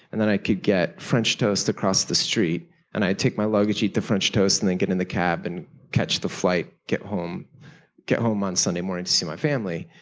and then i could get french toast across the street and i take my luggage, eat the french toast and then get in the cab and catch the flight get home get home on sunday morning to see my family.